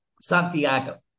Santiago